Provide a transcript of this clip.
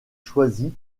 choisies